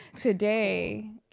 today